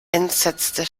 entsetzte